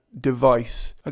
device